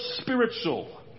spiritual